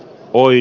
moi